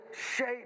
shape